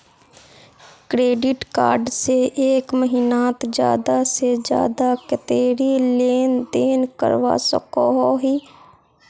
Credit card से एक महीनात ज्यादा से ज्यादा कतेरी लेन देन करवा सकोहो ही?